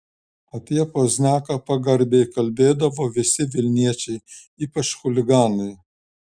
apie pozniaką pagarbiai kalbėdavo visi vilniečiai ypač chuliganai